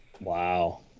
Wow